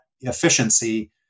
efficiency